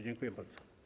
Dziękuję bardzo.